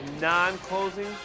non-closing